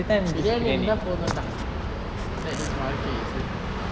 biryani இருந்தா போதும்டா:iruntha pothumda